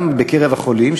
גם בקרב החולים,